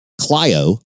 Clio